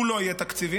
הוא לא יהיה תקציבי,